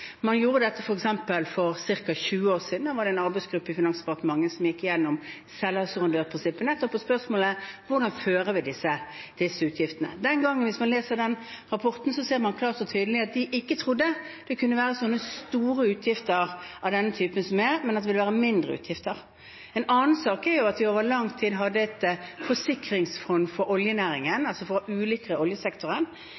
Man gjorde det f.eks. for ca. 20 år siden. Da var det en arbeidsgruppe i Finansdepartementet som gikk igjennom selvassurandørprinsippet nettopp i spørsmålet: Hvordan fører vi disse utgiftene? Hvis man leser den rapporten, ser man klart og tydelig at de den gangen ikke trodde det kunne være store utgifter av denne typen, men at det ville være mindre utgifter. En annen sak er at vi over lang tid hadde et forsikringsfond for oljenæringen